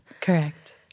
Correct